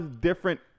different